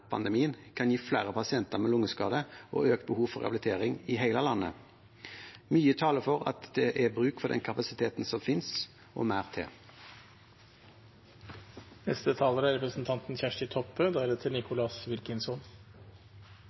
kan gi flere pasienter med lungeskade og økt behov for rehabilitering i hele landet. Mye taler for at det er bruk for den kapasiteten som finnes, og mer til. Dette er eit forslag som er